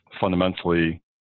fundamentally